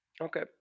Okay